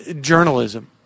journalism